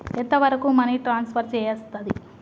ఎంత వరకు money transfer చేయస్తది?